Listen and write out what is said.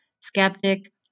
skeptic